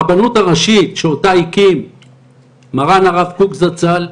הרבנות הראשית, שאותה הקים מרן הרב קוק זצ"ל,